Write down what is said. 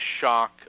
shock